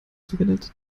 sogenannte